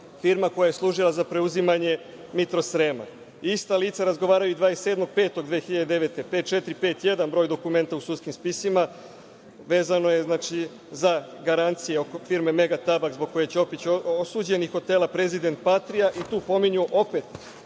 firma koja je služila za preuzimanje „Mitros Srema“; ista lica razgovaraju i 27. 05. 2009. godine, broj dokumenta 5451 u sudskim spisima, a vezano je za garancije oko firme „Mega tabak“ zbog koje je Ćopić osuđen i hotela „Prezident patria“, i tu pominju opet